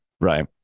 Right